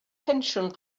pensiwn